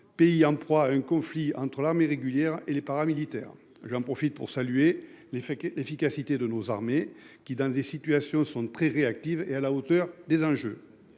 Pays en proie à un conflit entre l'armée régulière et les paramilitaires. J'en profite pour saluer l'effet que l'efficacité de nos armées qui dans des situations sont très réactive et à la hauteur des enjeux.